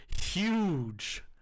huge